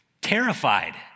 terrified